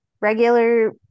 regular